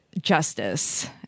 justice